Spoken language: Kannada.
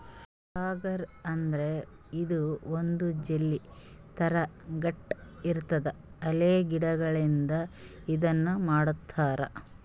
ಅಗರ್ ಅಂದ್ರ ಇದು ಒಂದ್ ಜೆಲ್ಲಿ ಥರಾ ಗಟ್ಟ್ ಇರ್ತದ್ ಅಲ್ಗೆ ಗಿಡಗಳಿಂದ್ ಇದನ್ನ್ ಮಾಡಿರ್ತರ್